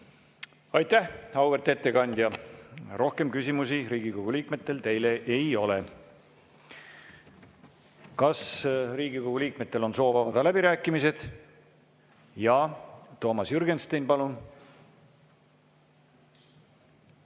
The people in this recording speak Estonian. Aitäh, auväärt ettekandja! Rohkem küsimusi Riigikogu liikmetel teile ei ole. Kas Riigikogu liikmetel on soov avada läbirääkimised? Jaa. Toomas Jürgenstein, palun!